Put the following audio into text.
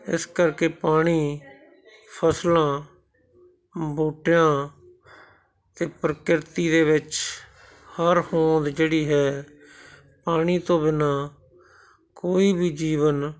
ਇਸ ਕਰਕੇ ਪਾਣੀ ਫਸਲਾਂ ਬੂਟਿਆਂ ਅਤੇ ਪ੍ਰਕ੍ਰਿਤੀ ਦੇ ਵਿੱਚ ਹਰ ਹੋਂਦ ਜਿਹੜੀ ਹੈ ਪਾਣੀ ਤੋਂ ਬਿਨ੍ਹਾਂ ਕੋਈ ਵੀ ਜੀਵਨ